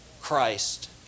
Christ